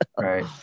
Right